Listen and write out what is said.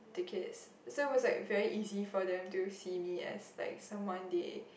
the kids so it was like very easy for them to see me as like someone they